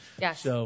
Yes